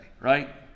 right